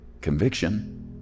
conviction